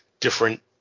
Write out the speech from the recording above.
different